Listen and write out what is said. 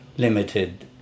limited